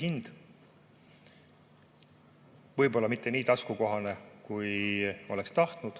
hind – võib-olla küll mitte nii taskukohane, kui oleks tahtnud